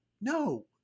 no